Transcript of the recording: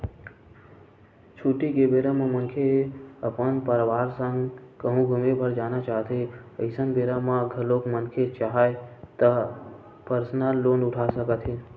छुट्टी के बेरा म मनखे अपन परवार संग कहूँ घूमे बर जाना चाहथें अइसन बेरा म घलोक मनखे चाहय त परसनल लोन उठा सकत हे